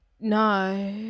No